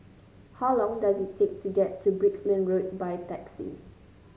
how long does it take to get to Brickland Road by taxi